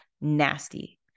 Nasty